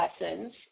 lessons